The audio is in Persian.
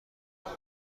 بودم